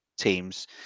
teams